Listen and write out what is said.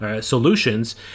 solutions